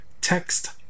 Text